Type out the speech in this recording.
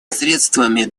средствами